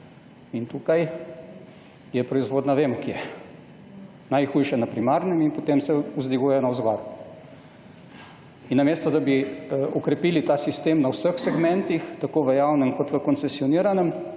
In tukaj je proizvodnja vemo kje. Najhujše na primarnem in potem se vzdiguje navzgor. Namesto, da bi okrepili ta sistem na vseh segmentih, tako v javnem, kot v koncesioniranem